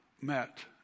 met